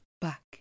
back